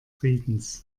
friedens